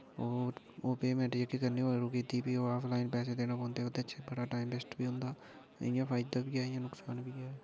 ओह् ओह् पेमैंट जेह्की करनी रुकी जंदी फ्ही ओह् आफलाईन पैसे देने पौंदे ओह्दे च बड़ा टाईम वेस्ट बी होंदा इ'यां फायदा बी ऐ इ'यां नुकसान बी ऐ